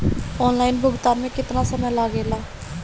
Online भुगतान में केतना समय लागेला?